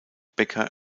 bäcker